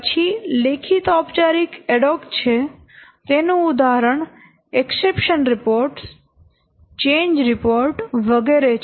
પછી લેખિત ઔપચારિક એડહોક છે તેનું ઉદાહરણ એક્સેપશન રિપોર્ટ ચેન્જ રિપોર્ટ વગેરે છે